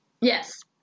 Yes